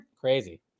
Crazy